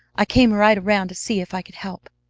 i came right around to see if i could help.